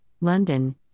London